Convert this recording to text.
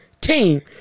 team